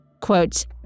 Quote